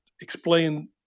explain